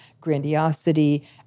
grandiosity